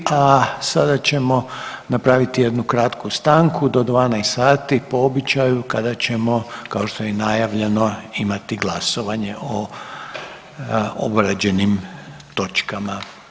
A sada ćemo napraviti jednu kratku stanku do 12,00 po običaju kada ćemo kao što je i najavljeno imati glasovanje o obrađenim točkama.